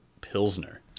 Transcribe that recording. Pilsner